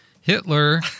Hitler